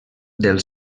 del